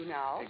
now